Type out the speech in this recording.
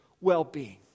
well-being